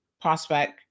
Prospect